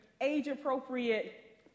age-appropriate